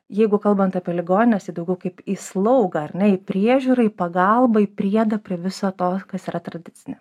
jeigu kalbant apie ligonines tai daugiau kaip į slaugą ar ne į priežiūrą į pagalbą į priedą prie viso to kas yra tradicinė